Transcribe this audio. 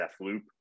Deathloop